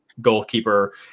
goalkeeper